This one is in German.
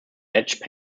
edge